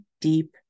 deep